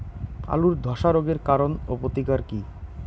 আলুর ধসা রোগের কারণ ও প্রতিকার কি?